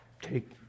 take